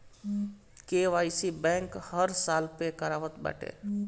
KYC bank हर साल पअ करावत बाटे